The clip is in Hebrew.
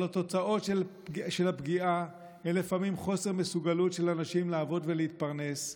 אבל התוצאות של הפגיעה הן לפעמים חוסר מסוגלות של אנשים לעבוד ולהתפרנס,